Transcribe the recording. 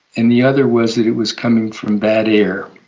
and the other was that it was coming from bad air.